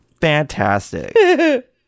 fantastic